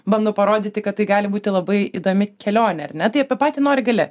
bandau parodyti kad tai gali būti labai įdomi kelionė ar ne tai apie patį nori gali